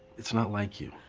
it's not like you.